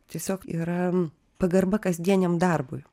tiesiog yra pagarba kasdieniam darbui